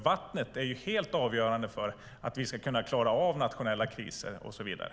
Vattnet är nämligen helt avgörande för att vi ska kunna klara av nationella kriser och så vidare.